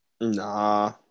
Nah